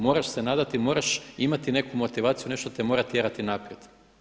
Moraš se nadati, moraš imati neku motivaciju, nešto te mora tjerati naprijed.